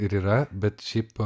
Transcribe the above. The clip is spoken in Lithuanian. ir yra bet šiaip